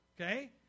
okay